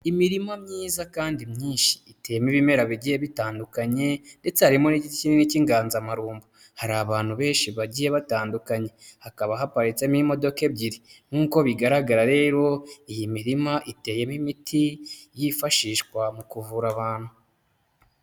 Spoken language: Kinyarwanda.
Imirimo myiza kandi myinshi iteyemo ibimera bigiye bitandukanye ndetse harimo n'igiti kinini cy'inganzamarumbo, hari abantu benshi bagiye batandukanye, hakaba haparitsemo imodoka ebyiri nk'uko bigaragara rero iyi mirima iteyemo imiti yifashishwa mu kuvura abantu.